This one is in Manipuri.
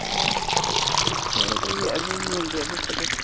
ꯑꯣ ꯍꯣꯏ ꯑꯗꯨꯒꯤ ꯑꯗꯨ ꯌꯦꯡꯒꯦ ꯑꯗꯨ ꯐꯖꯩ